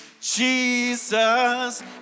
Jesus